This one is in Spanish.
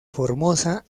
formosa